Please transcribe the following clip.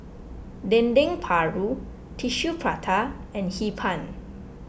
Dendeng Paru Tissue Prata and Hee Pan